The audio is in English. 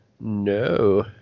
No